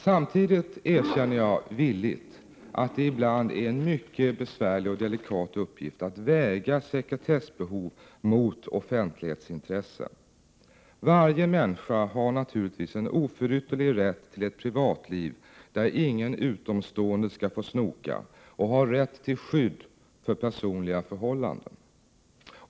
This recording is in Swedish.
Samtidigt erkänner jag villigt att det ibland är en mycket besvärlig och delikat uppgift att väga sekretessbehov mot offentlighetsintresse. Varje människa har naturligtvis en oförytterlig rätt till ett privatliv där ingen utomstående skall få snoka och har rätt till skydd för personliga förhållanden.